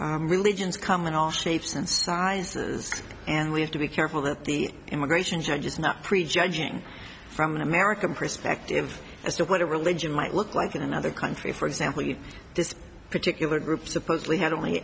hand religions coming off shapes and sizes and we have to be careful that the immigration judge is not prejudging from an american perspective as to what a religion might look like in another country for example if this particular group supposedly had only